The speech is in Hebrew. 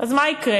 אז מה יקרה?